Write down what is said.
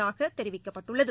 வருவதாக தொடிவிக்கப்பட்டுள்ளது